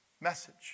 message